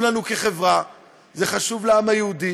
אין קשר בין זה לבין לקרוא לחרם על מדינת ישראל,